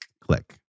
click